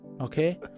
Okay